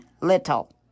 little